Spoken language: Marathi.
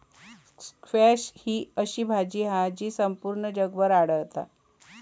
स्क्वॅश ही अशी भाजी हा जी संपूर्ण जगभर आढळता